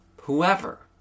whoever